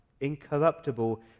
incorruptible